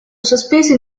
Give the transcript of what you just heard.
sospeso